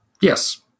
Yes